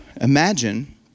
imagine